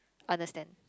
understand